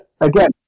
again